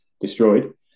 destroyed